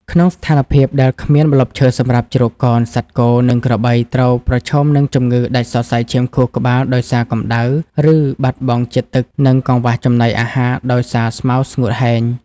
ក្នុងស្ថានភាពដែលគ្មានម្លប់ឈើសម្រាប់ជ្រកកោន សត្វគោ និងក្របីត្រូវប្រឈមនឹងជំងឺដាច់សរសៃឈាមខួរក្បាលដោយសារកម្ដៅ ការបាត់បង់ជាតិទឹក និងកង្វះចំណីអាហារដោយសារស្មៅស្ងួតហែង។